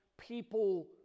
people